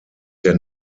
der